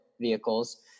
vehicles